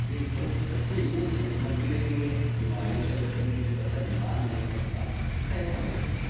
جی تو بچے یوں صحت مند بھی رہیں گے بیماریوں سے بچیں گے جب بچہ بیمار نہیں پڑے گا صحت مند رہے گا